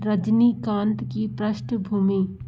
रजनीकांत की पृष्ठभूमि